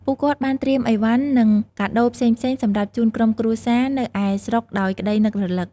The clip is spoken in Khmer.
ពួកគាត់បានត្រៀមអីវ៉ាន់នឹងកាដូផ្សេងៗ សម្រាប់ជូនក្រុមគ្រួសារនៅឯស្រុកដោយក្តីនឹករលឹក។